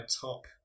top